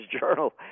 Journal